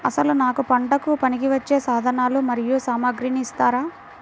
అసలు నాకు పంటకు పనికివచ్చే సాధనాలు మరియు సామగ్రిని ఇస్తారా?